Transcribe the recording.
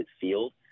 field